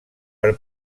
per